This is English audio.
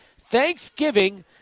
Thanksgiving